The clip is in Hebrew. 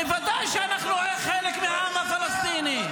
בוודאי שאנחנו חלק מהעם הפלסטיני.